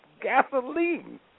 gasoline